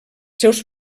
seus